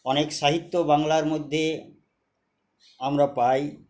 অনেক সাহিত্য বাংলার মধ্যে আমরা পাই